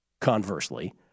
conversely